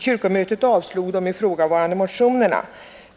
Kyrkomötet avslog de ifrågavarande motionerna.